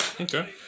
Okay